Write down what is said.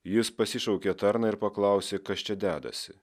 jis pasišaukė tarną ir paklausė kas čia dedasi